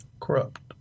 Corrupt